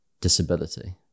disability